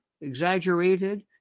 Exaggerated